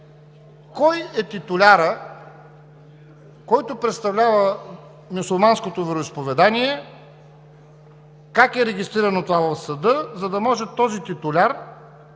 кой е титулярът, който представлява мюсюлманското вероизповедание, как е регистриран в съда, за да може този титуляр да си